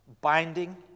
binding